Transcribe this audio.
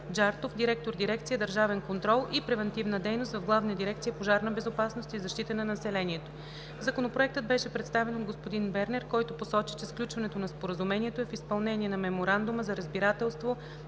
директор на дирекция „Държавен контрол и превантивна дейност“ в Главна дирекция „Пожарна безопасност и защита на населението“. Законопроектът беше представен от господин Бернер, който посочи, че сключването на Споразумението е в изпълнение на Меморандума за разбирателство